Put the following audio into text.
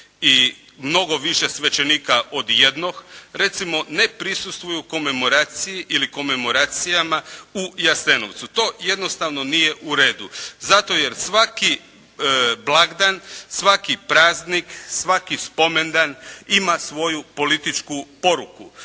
i mnogo više svećenika od jednog recimo ne prisustvuju komemoraciji ili komemoracijama u Jasenovcu. To jednostavno nije u redu. Zato jer svaki blagdan, svaki praznik, svaki spomendan ima svoju političku poruku.